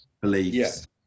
beliefs